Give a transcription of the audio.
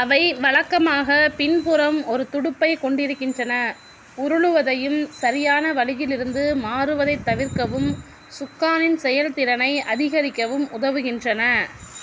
அவை வழக்கமாக பின்புறம் ஒரு துடுப்பை கொண்டிருக்கின்றன உருளுவதையும் சரியான வழியிலிருந்து மாறுவதை தவிர்க்கவும் சுக்கானின் செயல்திறனை அதிகரிக்கவும் உதவுகின்றன